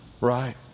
right